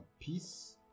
peace